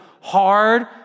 hard